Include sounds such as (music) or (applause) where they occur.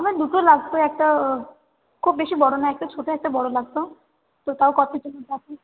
আমার দুটো লাগতো একটা খুব বেশি বড় নয় একটা ছোটো একটা বড় লাগত টোটাল কত (unintelligible)